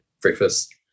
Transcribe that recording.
breakfast